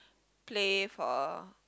play for a